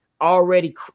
already